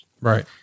Right